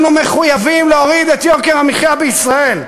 אנחנו מחויבים להוריד את יוקר המחיה בישראל,